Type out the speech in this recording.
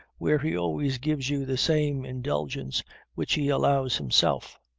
where he always gives you the same indulgence which he allows himself